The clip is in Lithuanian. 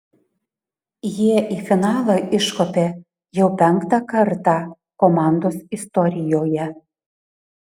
jie į finalą iškopė jau penktą kartą komandos istorijoje